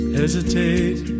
hesitate